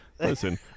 Listen